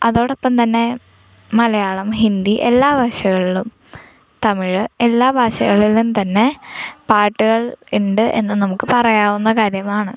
അതോടൊപ്പം തന്നെ മലയാളം ഹിന്ദി എല്ലാ ഭാഷകളിലും തമിഴ് എല്ലാ ഭാഷകളിലും തന്നെ പാട്ടുകൾ ഉണ്ട് എന്ന് നമുക്ക് പറയാവുന്ന കാര്യമാണ്